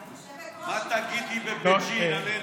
היושבת-ראש, מה תגידי בבייג'ינג עלינו?